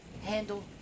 handle